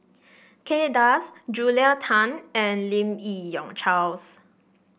Kay Das Julia Tan and Lim Yi Yong Charles